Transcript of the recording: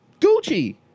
Gucci